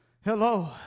Hello